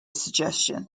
suggestion